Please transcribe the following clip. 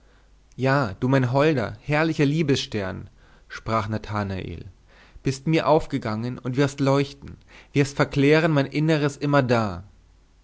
ja du mein holder herrlicher liebesstern sprach nathanael bist mir aufgegangen und wirst leuchten wirst verklären mein inneres immerdar